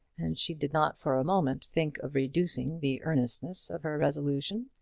and she did not for a moment think of reducing the earnestness of her resolution.